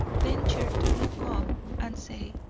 ventured to look up and say